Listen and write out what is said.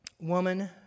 Woman